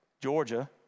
Georgia